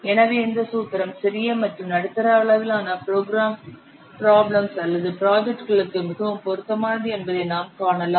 எனவே இந்த சூத்திரம் சிறிய மற்றும் நடுத்தர அளவிலான ப்ரோக்ராம் பிராப்ளம்ஸ் அல்லது ப்ராஜெக்ட்களுக்கு மிகவும் பொருத்தமானது என்பதை நாம் காணலாம்